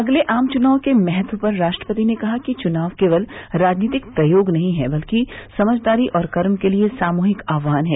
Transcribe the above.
अगले आम चुनाव के महत्व पर राष्ट्रपति ने कहा कि चुनाव केवल राजनीतिक प्रयोग नहीं है बल्कि समझदारी और कर्म के लिए सामूहिक आह्वान है